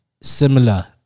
Similar